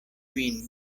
vin